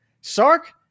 Sark